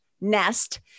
nest